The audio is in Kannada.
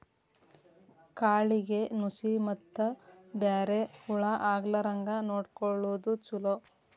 ಕಾಳಿಗೆ ನುಶಿ ಮತ್ತ ಬ್ಯಾರೆ ಹುಳಾ ಆಗ್ಲಾರಂಗ ನೊಡಕೊಳುದು ಚುಲೊ